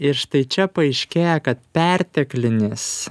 ir štai čia paaiškėja kad perteklinis